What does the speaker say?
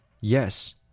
Yes